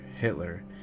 Hitler